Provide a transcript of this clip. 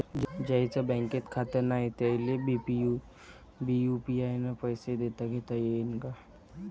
ज्याईचं बँकेत खातं नाय त्याईले बी यू.पी.आय न पैसे देताघेता येईन काय?